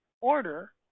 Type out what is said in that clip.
order